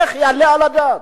איך יעלה על הדעת?